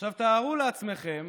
עכשיו תארו לעצמכם